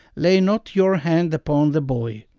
lay not your hand upon the boy.